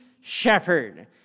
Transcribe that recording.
shepherd